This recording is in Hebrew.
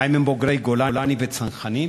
האם הם בוגרי גולני וצנחנים?